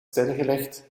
stilgelegd